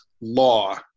law